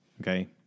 okay